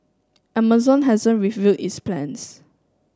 amazon hasn't its plans